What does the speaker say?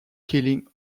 killing